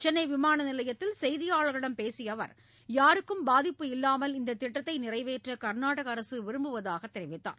சென்னை விமான நிலையத்தில் செய்தியாளர்களிடம் பேசிய அவர் யாருக்கும் பாதிப்பு இல்லாமல் இந்த திட்டத்தை நிறைவேற்ற கர்நாடக அரசு விரும்புவதாக தெரிவித்தார்